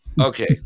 Okay